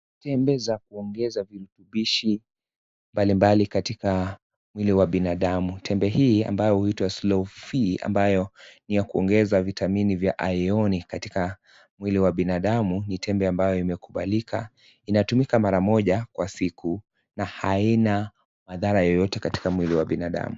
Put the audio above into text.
Tembe za kuongeza vipubishi mbalimbali katika mwili wa binadamu. Tembe hii ambayo huitwa SlowFe, ambayo niya kuongeza vitamini vya (CS)ironi(CS) katika mwili wa binadamu, ni tembe ambayo imekubalika. Inatumika maramoja kwa siku na haina madhara yoyote katika mwili wa binadamu.